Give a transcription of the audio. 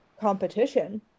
competition